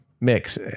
Mix